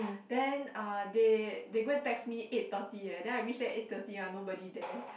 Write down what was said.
then ah they they go and text me eight thirty eh then I reach there eight thirty ah nobody there